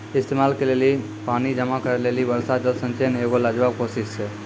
इस्तेमाल के लेली पानी जमा करै लेली वर्षा जल संचयन एगो लाजबाब कोशिश छै